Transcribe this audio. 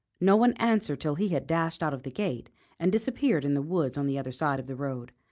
no one answered till he had dashed out of the gate and disappeared in the woods on the other side of the road.